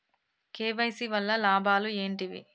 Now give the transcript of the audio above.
KYC వల్ల లాభాలు ఏంటివి?